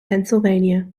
pennsylvania